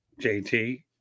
JT